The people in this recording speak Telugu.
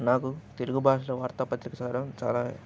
నాకు తెలుగు భాషలో వార్తాపత్రిక చదవడం చాలా